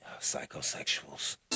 psychosexuals